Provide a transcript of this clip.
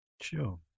Sure